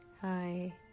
Hi